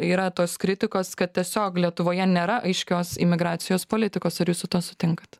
yra tos kritikos kad tiesiog lietuvoje nėra aiškios imigracijos politikos ar jūs su tuo sutinkat